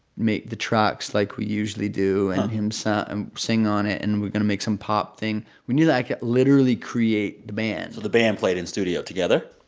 make the tracks like we usually do and him and sing on it and we're going to make some pop thing. we knew that i could literally create the band so the band played in studio together?